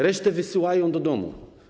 Resztę wysyłają do domu.